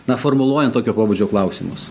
na formuluojant tokio pobūdžio klausimus